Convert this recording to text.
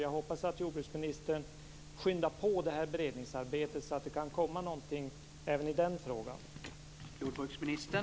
Jag hoppas att jordbruksministern skyndar på det här beredningsarbetet så att det kan komma någonting även i den frågan.